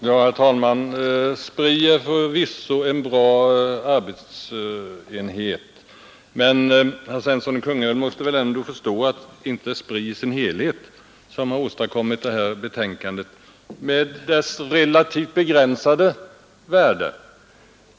Herr talman! SPRI är förvisso en bra arbetsenhet. Men herr Svensson i Kungälv måste väl ändå förstå att det inte är SPRI i sin helhet som har åstadkommit det här betänkandet med dess relativt begränsade värde.